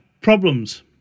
problems